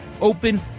open